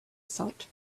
thought